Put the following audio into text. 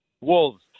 wolves